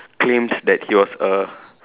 claimed that he was a